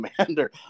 commander